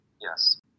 Yes